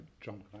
John